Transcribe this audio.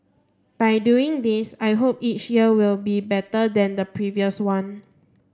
by doing this I hope each year will be better than the previous one